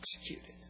executed